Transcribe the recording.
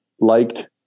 liked